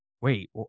wait